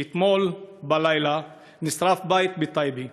שאתמול בלילה נשרף בית בטייבה.